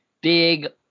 big